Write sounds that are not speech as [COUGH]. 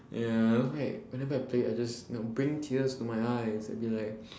ya [NOISE] whenever I play it I just you know bring tears to my eyes and be like [BREATH]